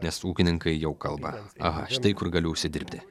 nes ūkininkai jau kalba aha štai kur galiu užsidirbti